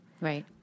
Right